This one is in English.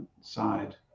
side